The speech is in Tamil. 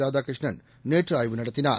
ராதாகிருஷ்ணன் நேற்று ஆய்வு நடத்தினார்